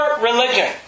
religion